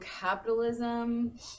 capitalism